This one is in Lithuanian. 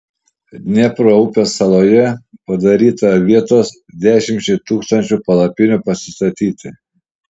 dniepro upės saloje padaryta vietos dešimčiai tūkstančių palapinių pasistatyti